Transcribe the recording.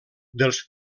dels